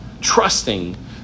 trusting